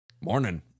Morning